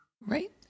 Right